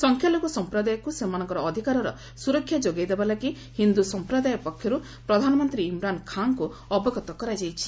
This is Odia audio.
ସଂଖ୍ୟାଲଘ୍ର ସମ୍ପ୍ରଦାୟକ୍ର ସେମାନଙ୍କର ଅଧିକାରର ସ୍ତରକ୍ଷା ଯୋଗାଇ ଦେବା ଲାଗି ହିନ୍ଦ୍ର ସମ୍ପ୍ରସାୟ ପକ୍ଷର୍ ପ୍ରଧାନମନ୍ତ୍ରୀ ଇମ୍ରାନ୍ ଖାନ୍ଙ୍କୁ ଅବଗତ କରାଯାଇଛି